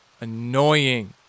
annoying